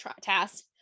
task